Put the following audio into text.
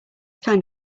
kind